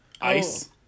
Ice